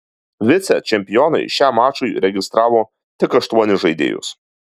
vicečempionai šiam mačui registravo tik aštuonis žaidėjus